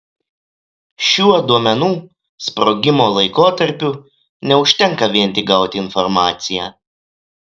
šiuo duomenų sprogimo laikotarpiu neužtenka vien tik gauti informaciją